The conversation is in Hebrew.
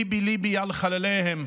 "ליבי ליבי על חלליהם".